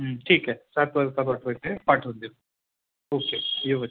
ठीक आहे सात वाजता पाठवायचे पाठवून देतो ओके यू आर वेलकम